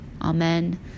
amen